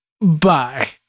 bye